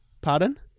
Pardon